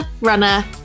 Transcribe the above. runner